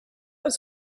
was